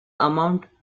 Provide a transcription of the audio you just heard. amount